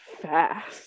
fast